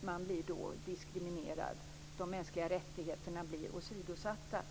Man blir diskriminerad. De mänskliga rättigheterna blir åsidosatta.